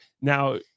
Now